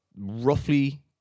roughly